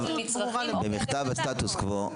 במכתב הסטטוס קוו,